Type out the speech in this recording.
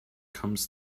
comes